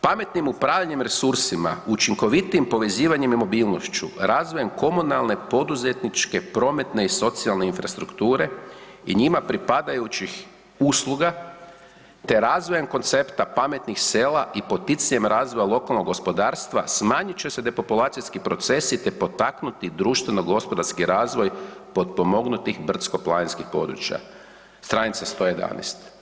Pametnim upravljanjem resursima učinkovitijim povezivanjem mobilnošću, razvojem komunalne, poduzetničke, prometne i socijalne infrastrukture i njima pripadajućih usluga te razvojem koncepta pametnih sela i poticanjem razvoja lokalnog gospodarstva smanjit će se depopulacijski procesi te potaknuti društveno-gospodarski razvoj potpomognutih brdsko-planinskih područja“, stranica 111.